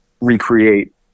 recreate